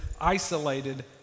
isolated